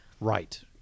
Right